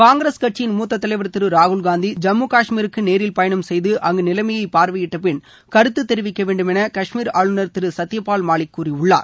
காங்கிரஸ் கட்சியின் மூத்த தலைவர் திரு ராகுல்காந்தி ஜம்மு கஷ்மீருக்கு நேரில் பயணம் செய்து அங்கு நிலைமையை பார்வையிட்டபின் கருத்து தெரிவிக்கவேண்டும் என கஷ்மீர் ஆளுநர் திரு சத்தியபால் மாலிக் கூறியுள்ளார்